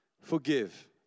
forgive